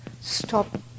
stop